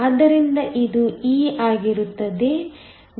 ಆದ್ದರಿಂದ ಇದು ಇ ಆಗಿರುತ್ತದೆ